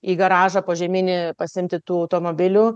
į garažą požeminį pasiimti tų automobilių